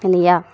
இல்லையா